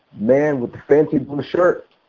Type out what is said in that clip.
man with the fancy blue shirt.